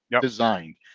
designed